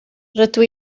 rydw